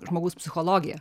žmogaus psichologija